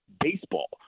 baseball